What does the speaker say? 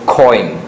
coin